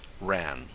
ran